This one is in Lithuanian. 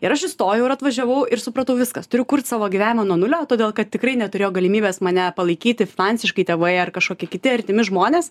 ir aš įstojau ir atvažiavau ir supratau viskas turiu kurt savo gyvenimą nuo nulio todėl kad tikrai neturėjo galimybės mane palaikyti finansiškai tėvai ar kažkokie kiti artimi žmonės